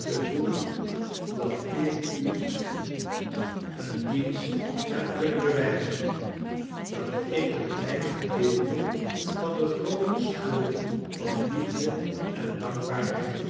te voelen dat ik u een dienst kleine dorrit heb kunnen bewijzen dat ik een klein gedeelte van de groote schuld van liefde en dankbaarheid